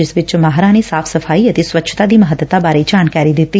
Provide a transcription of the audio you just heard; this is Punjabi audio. ਜਿਸ ਵਿਚ ਮਾਹਿਰਾਂ ਨੇ ਸਾਫ਼ ਸਫਾਈ ਤੇ ਸਵੱਛਤਾ ਦੀ ਮਹੱਤਤਾ ਬਾਰੇ ਜਾਣਕਾਰੀ ਦਿੱਤੀ